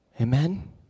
Amen